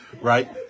right